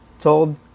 told